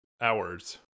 hours